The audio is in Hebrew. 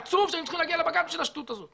עצוב שאנחנו צריכים להגיע לבג"ץ בגלל השטות הזאת.